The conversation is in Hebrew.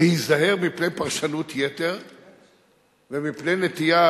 להיזהר מפני פרשנות יתר ומפני נטייה